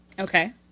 Okay